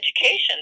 education